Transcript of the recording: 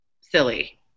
silly